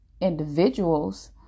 individuals